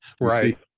Right